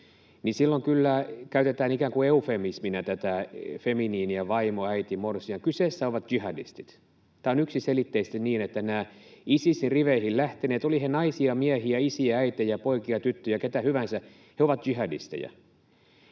niin silloin kyllä käytetään ikään kuin eufemismina tätä feminiiniä ”vaimo”, ”äiti”, ”morsian”. Kyseessä ovat jihadistit. Tämä on yksiselitteisesti niin, että nämä Isisin riveihin lähteneet, olivat he naisia, miehiä, isiä, äitejä, poikia, tyttöjä, keitä hyvänsä, he ovat jihadisteja.